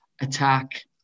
attack